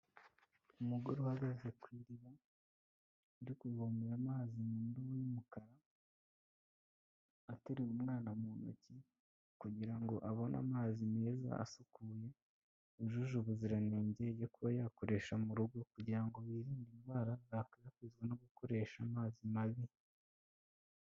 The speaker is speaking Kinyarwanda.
Umugore uhagaze ku iriba, uri kuvomera amazi mu ndobo y'umukara, ateruye umwana mu ntoki, kugira ngo abone amazi meza asukuye, yujuje ubuziranenge yo kuba yakoresha mu rugo; kugira ngo birinde indwara zakwirakwizwa no gukoresha amazi mabi.